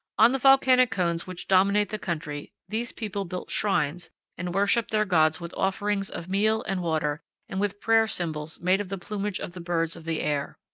on the volcanic cones which dominate the country these people built shrines and worshiped their gods with offerings of meal and water and with prayer symbols made of the plumage of the birds of the air.